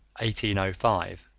1805